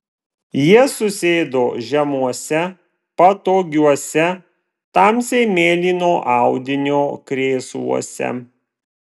jie susėdo žemuose patogiuose tamsiai mėlyno audinio krėsluose